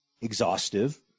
exhaustive